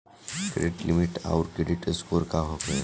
Credit limit आउर credit score का होखेला?